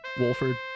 Wolford